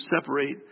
separate